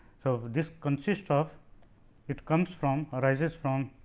so, this consists of it comes from arises from